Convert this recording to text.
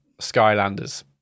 Skylanders